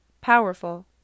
powerful